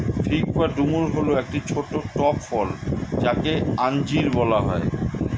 fig বা ডুমুর হল একটি ছোট্ট টক ফল যাকে আঞ্জির বলা হয়